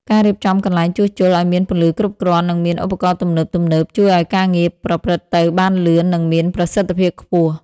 ការរៀបចំកន្លែងជួសជុលឱ្យមានពន្លឺគ្រប់គ្រាន់ និងមានឧបករណ៍ទំនើបៗ ជួយឱ្យការងារប្រព្រឹត្តទៅបានលឿន និងមានប្រសិទ្ធភាពខ្ពស់។